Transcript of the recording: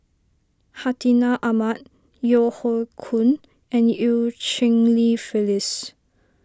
Hartinah Ahmad Yeo Hoe Koon and Eu Cheng Li Phyllis